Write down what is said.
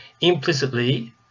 implicitly